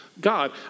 God